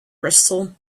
crystal